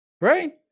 Right